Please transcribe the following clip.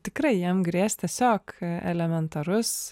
tikrai jiem grės tiesiog elementarus